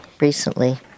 recently